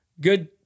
Good